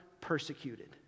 persecuted